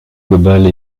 globale